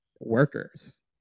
workers